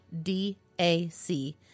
DAC